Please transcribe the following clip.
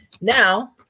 Now